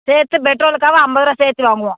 சேர்த்து பெட்ரோலுக்காக ஐம்பது ரூபா சேர்த்து வாங்குவோம்